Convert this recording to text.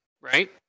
right